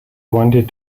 wanted